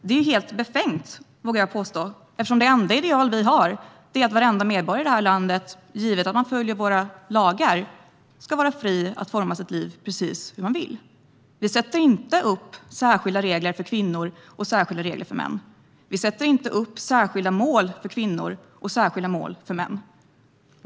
Jag vågar påstå att det är helt befängt, eftersom det enda ideal vi har är att varenda medborgare i landet ska vara fri att forma sitt liv precis hur man vill, givet att man följer våra lagar. Vi sätter inte upp särskilda regler för kvinnor och särskilda regler för män. Vi sätter inte upp särskilda mål för kvinnor och särskilda mål för män.